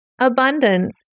abundance